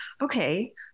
okay